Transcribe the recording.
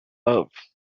love